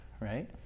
right